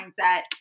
mindset